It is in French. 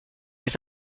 les